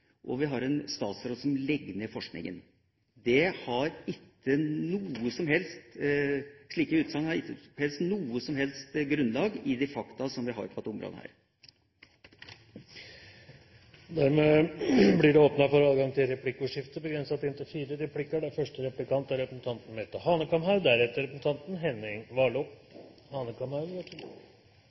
og at vi har en statsråd som legger ned forskninga. Slike utsagn har ikke noe som helst grunnlag i de fakta som vi har på dette området. Det blir åpnet for replikkordskifte. En tidligere statsråd fra samarbeidspartneren til representanten Aksel Hagen, nemlig Gudmund Hernes fra Arbeiderpartiet, sa en gang: «I Norge er